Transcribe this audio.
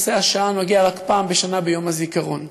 נושא השואה מגיע רק פעם בשנה ביום הזיכרון.